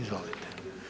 Izvolite.